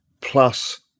plus